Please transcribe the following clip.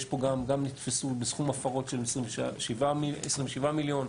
גם נתפסו בסכום הפרות של 27 מיליון,